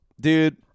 Dude